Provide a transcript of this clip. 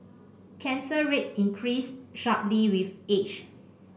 cancer rates increase sharply with age